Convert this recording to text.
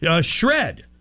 shred